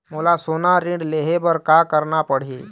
मोला सोना ऋण लहे बर का करना पड़ही?